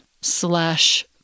slash